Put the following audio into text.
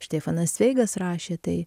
štefanas cveigas rašė tai